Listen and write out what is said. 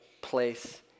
place